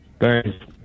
Thanks